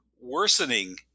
worsening